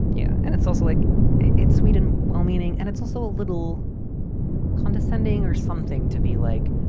yeah. and it's also like it's sweet and well-meaning and it's also a little condescending or something to be like,